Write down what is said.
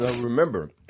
remember